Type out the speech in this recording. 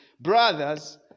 brothers